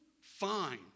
Fine